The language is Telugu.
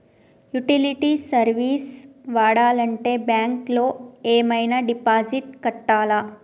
యుటిలిటీ సర్వీస్ వాడాలంటే బ్యాంక్ లో ఏమైనా డిపాజిట్ కట్టాలా?